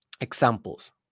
examples